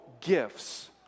gifts